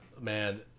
man